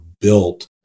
built